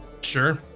Sure